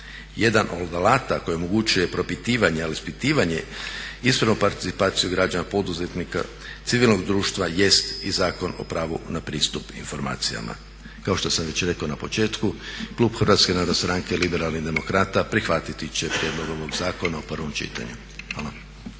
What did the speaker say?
Jedan od alata koji omogućuje propitivanje ali ispitivanje ispravnu participaciju građana poduzetnika civilnog društva jest i Zakon o pravu na pristup informacijama. Kao što sam već rekao na početku Klub Hrvatske narodne stranke-Liberalnih demokrata prihvatiti će prijedlog ovog zakona u prvom čitanju. Hvala.